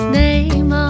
name